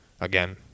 again